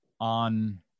on